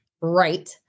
right